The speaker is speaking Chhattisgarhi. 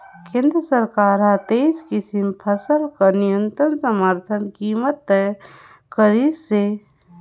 केंद्र सरकार हर तेइस किसम फसल बर न्यूनतम समरथन कीमत तय करिसे